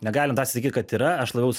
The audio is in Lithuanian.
negalim drąsiai pasakyt kad yra aš labiau